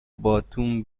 باتوم